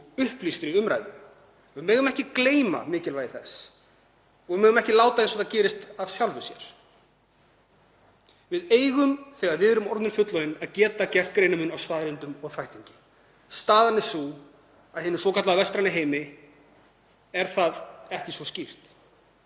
upplýstri umræðu. Við megum ekki gleyma mikilvægi þess og við megum ekki láta eins og það gerist af sjálfu sér. Þegar við erum orðin fullorðin eigum við að geta gert greinarmun á staðreyndum og þvættingi. Staðan er sú að í hinum svokallaða vestræna heimi er það ekki svo skýrt.